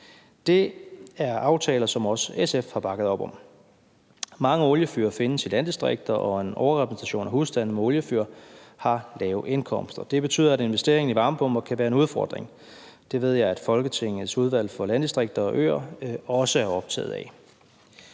Det er aftaler, som også SF har bakket op om. Mange oliefyr findes i landdistrikter, og en overrepræsentation af husstande med oliefyr har lave indkomster. Det betyder, at en investering i en varmepumpe kan være en udfordring. Det ved jeg at Folketingets Udvalg for Landdistrikter og Øer også er optaget af.